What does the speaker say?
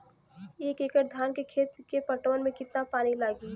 एक एकड़ धान के खेत के पटवन मे कितना पानी लागि?